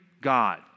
God